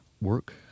work